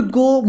go